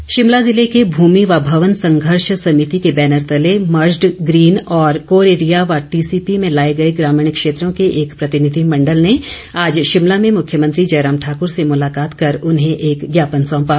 ज्ञापन शिमला जिले के भूमि व भवन संघर्ष समिति के बैनर तले मर्जड ग्रीन और कोर एरिया व टीसीपी में लाए गए ग्रामीण क्षेत्रों के एक प्रतिनिधिमण्डल ने आज शिमला में मुख्यमंत्री जयराम ठाकूर से मुलाकात कर उन्हें एक ज्ञापन सौंपा